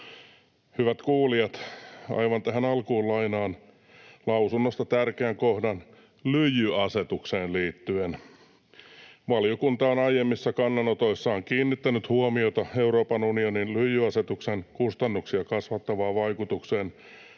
Hyvät kuulijat, aivan tähän alkuun lainaan lausunnosta tärkeän kohdan lyijyasetukseen liittyen: ”Valiokunta on aiemmissa kannanotoissaan kiinnittänyt huomiota Euroopan unionin lyijyasetuksen kustannuksia kasvattavaan vaikutukseen